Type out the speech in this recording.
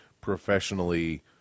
professionally